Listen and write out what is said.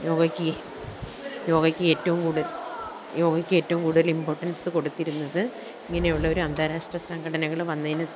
യോഗയ്ക്ക് യോഗയ്ക്ക് ഏറ്റവും കൂടൽ യോഗയ്ക്ക് ഏറ്റവും കൂടുതൽ ഇമ്പോർട്ടന്സ് കൊടുത്തിരുന്നത് ഇങ്ങനെയുള്ളൊരു അന്താരാഷ്ട്ര സംഘടനകൾ വന്നതിന് സേ